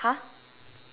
!huh!